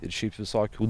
ir šiaip visokių